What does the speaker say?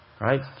Right